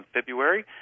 February